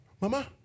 mama